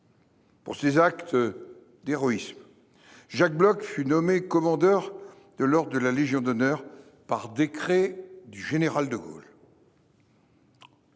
Pour ces actes. D'héroïsme. Jacques Bloch fut nommé commandeur de l'or de la Légion d'honneur par décret du général De Gaulle.